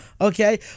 okay